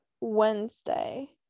Wednesday